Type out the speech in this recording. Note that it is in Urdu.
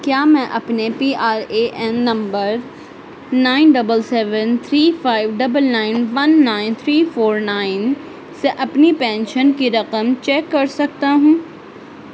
کیا میں اپنے P R A N number nine double seven three five double nine one nine three four nine سے اپنی پینشن کی رقم چیک کر سکتا ہوں